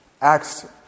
Acts